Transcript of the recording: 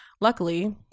Luckily